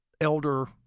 elder